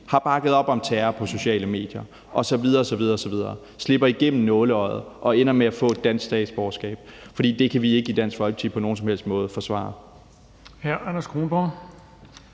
har bakket op om terror på sociale medier osv. osv., slipper igennem nåleøjet og ender med at få dansk statsborgerskab. For det kan vi ikke i Dansk Folkeparti på nogen som helst måde forsvare.